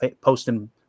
posting